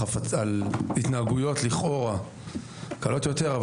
התנהגויות לכאורה קלות יותר,